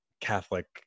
Catholic